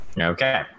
okay